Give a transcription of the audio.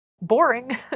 Boring